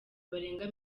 barenga